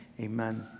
Amen